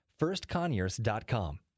firstconyers.com